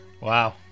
Wow